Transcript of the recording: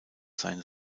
sein